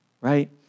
Right